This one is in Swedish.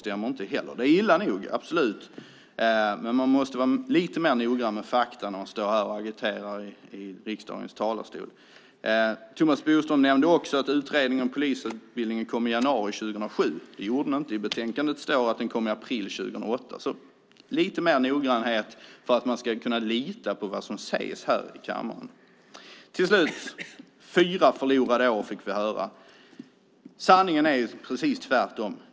Det är absolut illa nog, men man måste vara lite mer noggrann med fakta när man står här och agiterar i riksdagens talarstol. Thomas Bodström nämnde också att utredningen om polisutbildningen kom i januari 2007. Det gjorde den inte. I betänkandet står det att den kom i april 2008. Lite mer noggrannhet krävs för att man ska kunna lita på vad som sägs här i kammaren. Det har varit fyra förlorade år, fick vi höra. Sanningen är precis den motsatta.